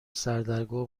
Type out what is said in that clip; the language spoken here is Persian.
سردرگم